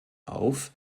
auf